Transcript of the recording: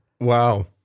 Wow